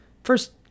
First